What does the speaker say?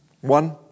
One